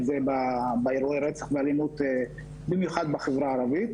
זה באירוע רצח ואלימות במיוחד בחברה הערבית.